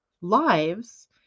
lives